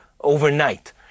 overnight